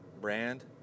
brand